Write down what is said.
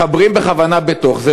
מחברים בכוונה בתוך זה,